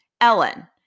Ellen